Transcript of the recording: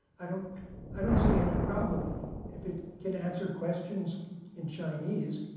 i don't i don't see any problem if it can answer questions in chinese,